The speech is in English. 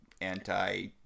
anti